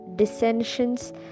dissensions